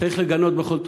צריך לגנות בכל תוקף,